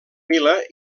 vila